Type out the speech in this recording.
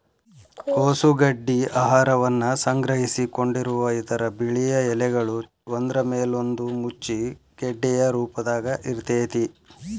ಕೋಸು ಗಡ್ಡಿ ಆಹಾರವನ್ನ ಸಂಗ್ರಹಿಸಿಕೊಂಡಿರುವ ಇದರ ಬಿಳಿಯ ಎಲೆಗಳು ಒಂದ್ರಮೇಲೊಂದು ಮುಚ್ಚಿ ಗೆಡ್ಡೆಯ ರೂಪದಾಗ ಇರ್ತೇತಿ